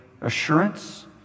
assurance